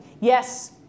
Yes